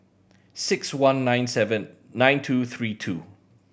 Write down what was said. six one nine seven nine two three two